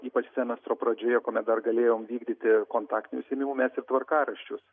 ypač semestro pradžioje kuomet dar galėjom vykdyti kontaktinių užsiėmimų mes ir tvarkaraščius